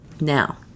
Now